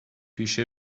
پیش